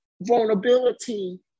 vulnerability